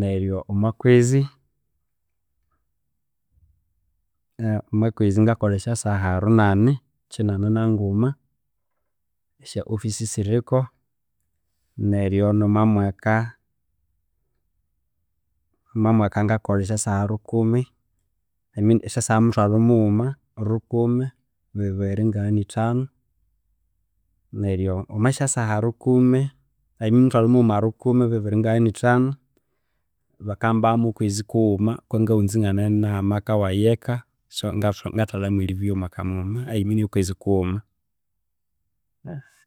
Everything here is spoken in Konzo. neryo omwa kwezi ngakolha esya saha runani kinani na nguma esya off isisiriko neryo no mwa mwaka mwa mwaka ngakolha esya saha rukumi i mean esya saha muthwalhu mughuma rukumi bibiri ngagha ni thanu neryo omwa sya saha rukumi i mean muthwalha mughuma rukumi i mean muthwalhu mughuma rukumi bibiri ngagha ni thanu bakamba mu okwezi kughuma kwangaghunza inganina amaka waghe eka so ngathwalhamu e leave yo mwaka i mean okwezi kughuma.